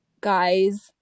guys